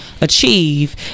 achieve